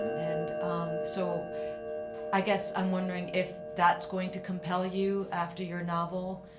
and so i guess i'm wondering if that's going to compel you after your novel.